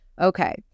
okay